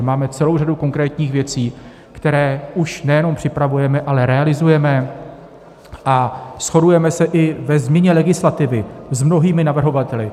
Máme celou řadu konkrétních věcí, které už nejenom připravujeme, ale realizujeme, a shodujeme se i ve změně legislativy s mnohými navrhovateli.